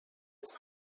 his